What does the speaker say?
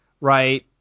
right